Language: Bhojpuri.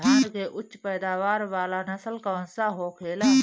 धान में उच्च पैदावार वाला नस्ल कौन सा होखेला?